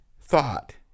thought